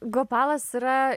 gopalas yra